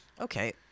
Okay